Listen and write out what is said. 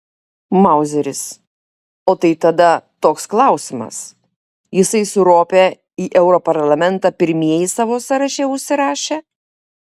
mauzeris o tai tada toks klausimas jisai su rope į europarlamentą pirmieji savo sąraše užsirašę